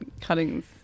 cuttings